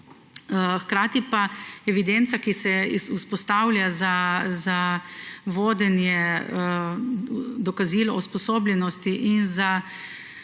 je tudi evidenca, ki se vzpostavlja za vodenje dokazil usposobljenosti z